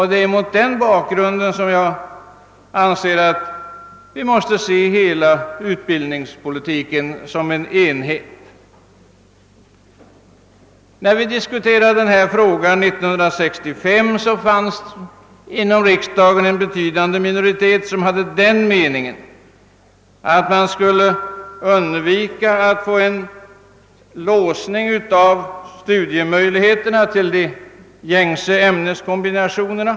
Det är mot den bakgrunden som jag anser att vi måste se hela utbildningspolitiken som en enhet. När vi diskuterade den här frågan 1965 fanns inom riksdagen en betydande minoritet som hade den meningen, att man borde undvika en låsning av studiemöjligheterna till de gängse ämneskombinationerna.